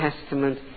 Testament